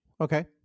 Okay